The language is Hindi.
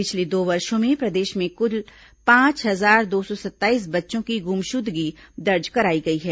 पिछले दो वर्षों में प्रदेश में क्ल पांच हजार दो सौ सत्ताईस बच्चों की गुमशुदगी दर्ज कराई गई है